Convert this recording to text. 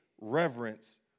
reverence